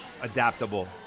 adaptable